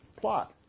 plot